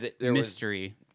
mystery